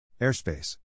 Airspace